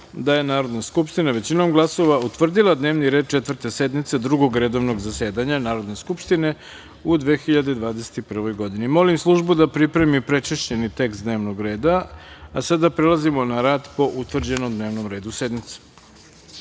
da je Narodna skupština većinom glasova utvrdila dnevni red Četvrte sednice Drugog redovnog zasedanja Narodne skupštine u 2021. godini. Molim službu da pripremi prečišćeni tekst dnevnog reda. Sada prelazimo na rad po utvrđenom dnevnom redu sednice.D